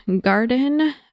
garden